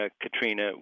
Katrina